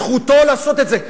זכותו לעשות את זה.